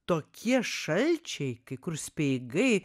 tokie šalčiai kai kur speigai